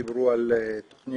דיברו על תוכניות,